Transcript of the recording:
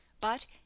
but